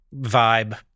vibe